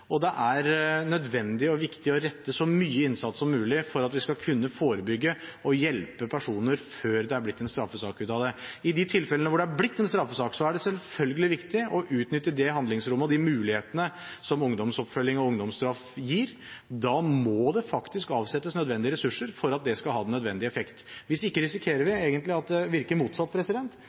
Det er nødvendig og viktig å rette så mye innsats som mulig for å kunne forebygge og hjelpe personer før det er blitt en straffesak ut av det. I de tilfellene hvor det er blitt en straffesak, er det selvfølgelig viktig å utnytte det handlingsrommet og de mulighetene som ungdomsoppfølging og ungdomsstraff gir. Da må det avsettes nødvendige ressurser for at det skal ha den nødvendige effekt. Hvis ikke risikerer vi egentlig at det virker motsatt,